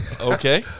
okay